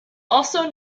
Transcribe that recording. also